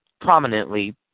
prominently